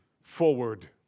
forward